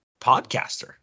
podcaster